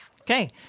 Okay